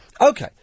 Okay